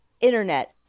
internet